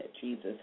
Jesus